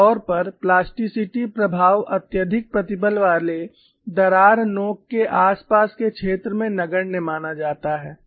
आमतौर पर प्लास्टिसिटी प्रभाव अत्यधिक प्रतिबल वाले दरार नोक के आसपास के क्षेत्र में नगण्य माना जाता है